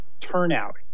turnout